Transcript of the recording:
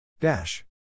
Dash